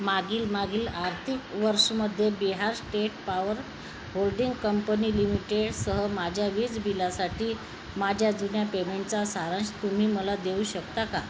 मागील मागील आर्थिक वर्षमध्ये Bihar state power holding company लिमिटेडसह माझ्या वीज बिलासाठी माझ्या जुन्या पेमेंटचा सारांश तुम्ही मला देऊ शकता का